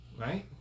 Right